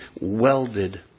welded